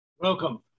Welcome